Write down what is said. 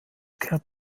kehrt